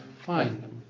Fine